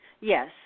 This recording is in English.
yes